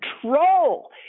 control